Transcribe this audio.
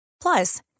Plus